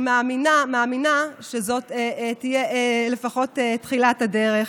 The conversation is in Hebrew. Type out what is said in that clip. אני מאמינה שזאת תהיה לפחות תחילת הדרך.